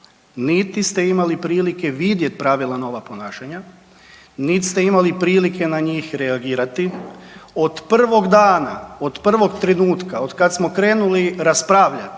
Niti ste imali prilike vidjeti pravila nova ponašanja, niti ste imali prilike na njih reagirati. Od prvog dana, od prvog trenutka kad smo krenuli raspravljat,